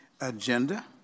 agenda